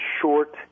short